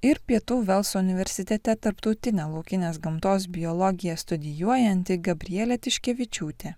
ir pietų velso universitete tarptautinę laukinės gamtos biologiją studijuojanti gabrielė tiškevičiūtė